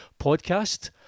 podcast